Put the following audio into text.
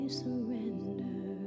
surrender